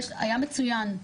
היה מצוין.